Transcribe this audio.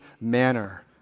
manner